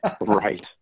Right